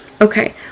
Okay